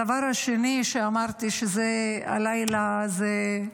הדבר השני, שאמרתי זה שהלילה הזה הוא